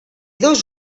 dos